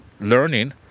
learning